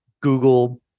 Google